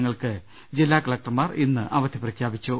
നങ്ങൾക്ക് ജില്ലാ കലക്ടർമാർ ഇന്ന് അവധി പ്രഖ്യാപിച്ചു